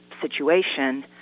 situation